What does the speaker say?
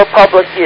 public